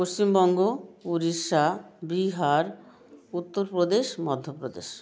Paschimbanga Orissa Bihar Uttar Pradesh Madhya Pradesh